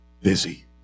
busy